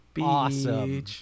awesome